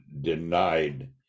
denied